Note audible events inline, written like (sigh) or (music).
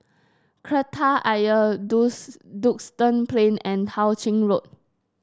Kreta Ayer (unintelligible) Duxton Plain and Tao Ching Road